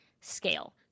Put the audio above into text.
scale